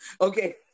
Okay